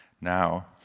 Now